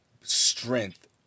strength